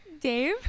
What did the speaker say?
Dave